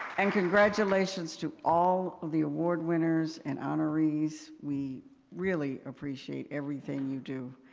and congratulations to all of the award winners and honorees. we really appreciate everything you do.